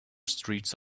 streets